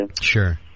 Sure